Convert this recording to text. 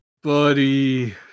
Buddy